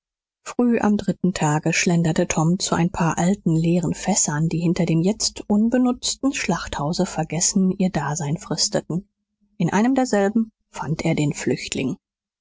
früh am dritten tage schlenderte tom zu ein paar alten leeren fässern die hinter dem jetzt unbenutzten schlachthause vergessen ihr dasein fristeten in einem derselben fand er den flüchtling